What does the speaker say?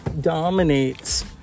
dominates